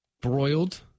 Broiled